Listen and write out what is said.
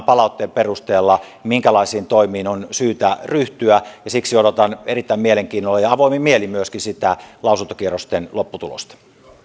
palautteen perusteella minkälaisiin toimiin on syytä ryhtyä siksi odotan erittäin mielenkiinnolla ja avoimin mielin myöskin sitä lausuntokierrosten lopputulosta